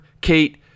Kate